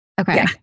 Okay